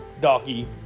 doggy